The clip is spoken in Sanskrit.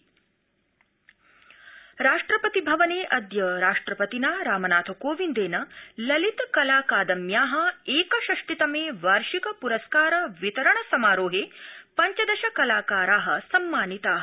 ललित कलाकादमी पुरस्काराः राष्ट्रपति भवने अद्य राष्ट्रपतिना रामनाथ कोविन्देन ललित कलाकादम्याः एकषष्टितमे वार्षिक पुरस्कार वितरण समारोहे पञ्चदश कलाकाराः सम्मानिता